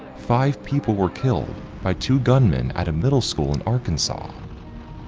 five people were killed by two gunmen at a middle school in arkansas.